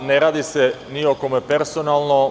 Ne radi se ni o kome personalno.